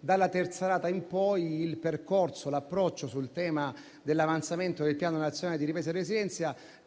dalla terza rata in poi, il percorso e l'approccio sul tema dell'avanzamento del Piano nazionale di ripresa e